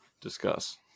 discuss